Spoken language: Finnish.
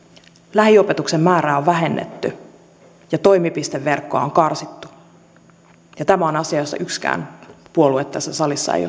lähiopetuksen määrää on vähennetty ja toimipisteverkkoa on karsittu tämä on asia jossa yksikään puolue tässä salissa ei